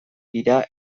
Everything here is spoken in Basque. dira